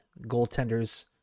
goaltenders